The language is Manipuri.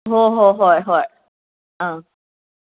ꯍꯣꯏ ꯍꯣꯏ ꯍꯣꯏ ꯍꯣꯏ ꯑꯪ